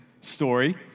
story